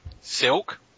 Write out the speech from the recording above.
Silk